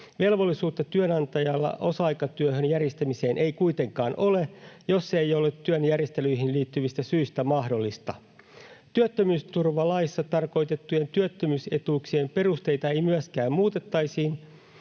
Velvollisuutta työnantajalla osa-aikatyön järjestämiseen ei kuitenkaan ole, jos se ei ole työn järjestelyihin liittyvistä syistä mahdollista. Työttömyysturvalaissa tarkoitettujen työttömyysetuuksien perusteita ei myöskään muutettaisi,